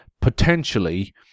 potentially